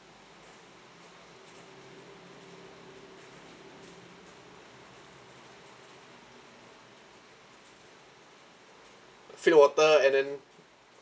fill water and then